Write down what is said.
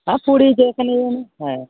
হ্যাঁ পুরী যেখানে যেখানে হ্যাঁ